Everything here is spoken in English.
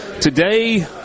today